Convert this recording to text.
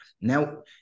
Now